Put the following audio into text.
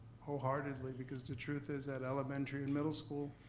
wholeheartedly, because the truth is that elementary and middle school,